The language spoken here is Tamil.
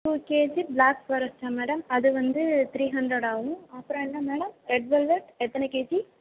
டூ கேஜி ப்ளாக் ஃபாரஸ்டா மேடம் அது வந்து த்ரீ ஹண்ட்ரட் ஆகும் அப்புறம் என்ன மேடம் ரெட் வெல்வெட் எத்தனை கேஜி